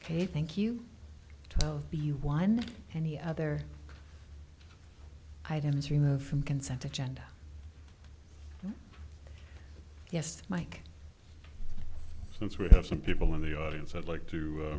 ok thank you to be one any other items removed from consent agenda yes mike since we have some people in the audience i'd like to